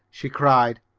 she cried.